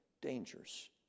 dangers